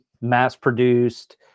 mass-produced